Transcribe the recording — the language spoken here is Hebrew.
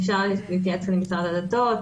אפשר להתייעץ עם משרד הדתות,